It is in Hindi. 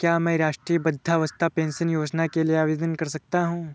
क्या मैं राष्ट्रीय वृद्धावस्था पेंशन योजना के लिए आवेदन कर सकता हूँ?